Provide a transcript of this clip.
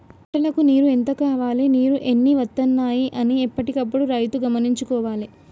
పంటలకు నీరు ఎంత కావాలె నీళ్లు ఎన్ని వత్తనాయి అన్ని ఎప్పటికప్పుడు రైతు గమనించుకోవాలె